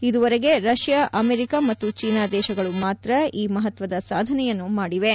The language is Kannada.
ಇದುವರೆಗೆ ರಷ್ಯಾ ಅಮೆರಿಕ ಮತ್ತು ಚೀನಾ ದೇಶಗಳು ಮಾತ್ರ ಈ ಮಹತ್ವದ ಸಾಧನೆಯನ್ನು ಮಾಡಿವೆ